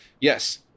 Yes